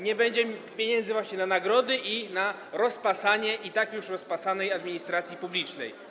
nie będzie pieniędzy właśnie na nagrody i na rozpasanie i tak już rozpasanej administracji publicznej.